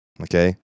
Okay